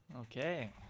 Okay